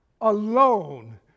alone